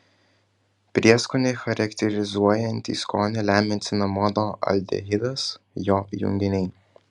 prieskonį charakterizuojantį skonį lemia cinamono aldehidas jo junginiai